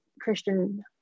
Christian